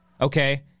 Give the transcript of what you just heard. Okay